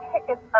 tickets